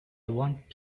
want